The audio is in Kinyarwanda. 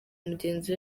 mugenzi